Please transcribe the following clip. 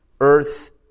earth